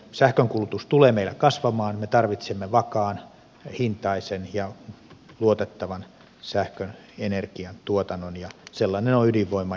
sähkönkulutus tulee meillä kasvamaan me tarvitsemme vakaahintaisen ja luotettavan sähkön energiantuotannon ja sellainen on ydinvoima